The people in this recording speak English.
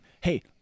Hey